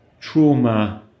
trauma